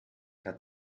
hat